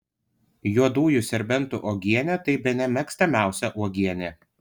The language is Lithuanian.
juodųjų serbentų uogienė tai bene mėgstamiausia uogienė